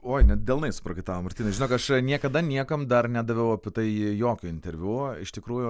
oi net delnai suprakaitavo martynai žinok aš niekada niekam dar nedaviau apie tai jokio interviu iš tikrųjų